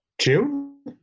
June